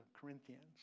Corinthians